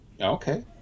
Okay